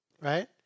Right